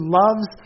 loves